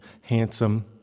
handsome